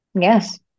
Yes